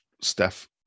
steph